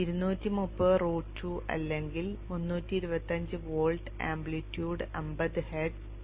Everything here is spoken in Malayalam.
230 റൂട്ട് 2 അല്ലെങ്കിൽ 325 വോൾട്ട് ആംപ്ലിറ്റ്യൂഡ് 50 ഹെർട്സ് 0 0